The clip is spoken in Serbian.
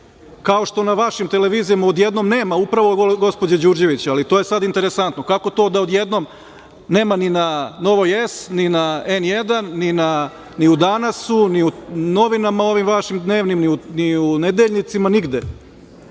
što na vašim televizijama odjednom nema upravo gospođe Đurđević, ali to je sada interesantno – kako to da odjednom nema ni na Novoj S, ni na N1, ni u Danasu, ni u novinama ovim vašim dnevnim, ni u nedeljnicima, nigde.